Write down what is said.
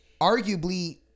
arguably